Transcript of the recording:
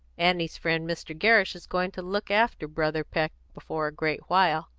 annie's friend mr. gerrish is going to look after brother peck before a great while.